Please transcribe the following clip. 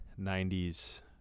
90s